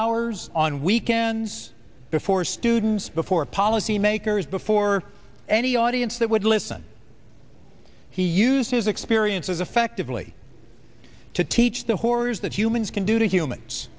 hours on weekends before students before policymakers before any audience that would listen he used his experiences effectively to teach the horrors that humans can do to humans